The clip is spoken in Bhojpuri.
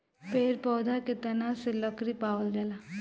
पेड़ पौधा के तना से लकड़ी पावल जाला